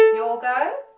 your go